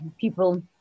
people